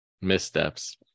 missteps